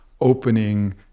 opening